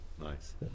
Nice